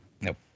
nope